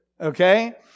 okay